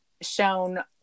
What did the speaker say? shown